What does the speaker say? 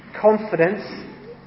confidence